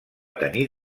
tenir